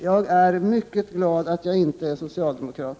Jag är mycket glad att jag inte är socialdemokrat.